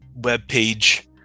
webpage